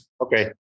Okay